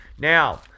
Now